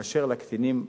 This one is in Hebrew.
אשר לקטינים,